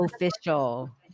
official